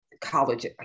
college